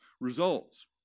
results